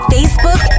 Facebook